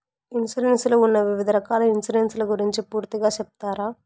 Insurance లో ఉన్న వివిధ రకాల ఇన్సూరెన్సు ల గురించి పూర్తిగా సెప్తారా?